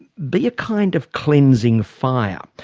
be a kind of cleansing fire,